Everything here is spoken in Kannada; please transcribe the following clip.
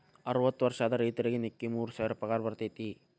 ಅರ್ವತ್ತ ವರ್ಷ ಆದ ರೈತರಿಗೆ ನಿಕ್ಕಿ ಮೂರ ಸಾವಿರ ಪಗಾರ ಬರ್ತೈತಿ